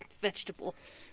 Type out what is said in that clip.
vegetables